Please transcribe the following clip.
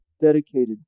dedicated